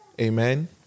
Amen